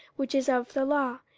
which is of the law,